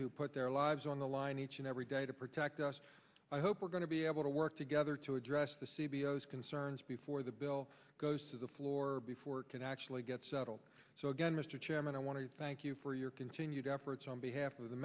who put their lives on the line each and every day to protect us i hope we're going to be able to work together to address the c b s concerns before the bill goes to the floor before it can actually get settled so again mr chairman i want to thank you for your continued efforts on behalf of the